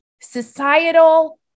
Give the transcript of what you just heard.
societal